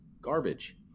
garbage